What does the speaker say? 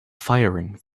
firing